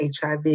HIV